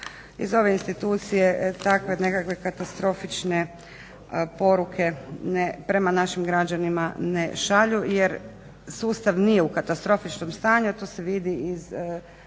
iz ove institucije takve nekakve katastrofične poruke ne, prema našim građanima ne šalju, jer sustav nije u katastrofičnom stanju, a jer to se vidi iz